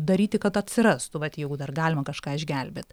daryti kad atsirastų vat jeigu dar galima kažką išgelbėt